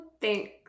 thanks